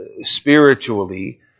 spiritually